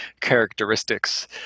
characteristics